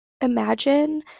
imagine